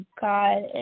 God